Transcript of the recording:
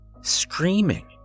screaming